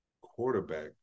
quarterback